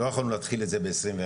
לא יכולנו להתחיל את זה ב-2021,